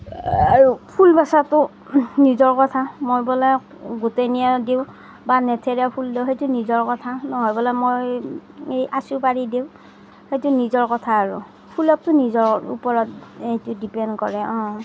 আৰু ফুল বচাটো নিজৰ কথা মই বোলে গোটনীয়া দিওঁ বা ফুল দিওঁ সেইটো নিজৰ কথা নহয় বোলে মই আছেই পাৰি দিওঁ সেইটো নিজৰ কথা আৰু ফুলতটো নিজৰ ওপৰত সেইটো ডিপেণ্ড কৰে অঁ